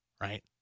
right